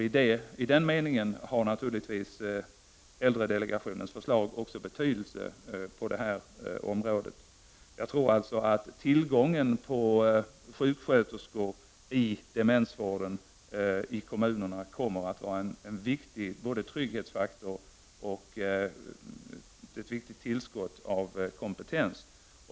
I detta sammanhang har naturligtvis äldredelegationens förslag också betydelse. Jag tror alltså att tillgången på sjuksköterskor inom demensvården i kommunerna kommer att utgöra en viktig trygghetsfaktor och ett viktigt tillskott av kompetens.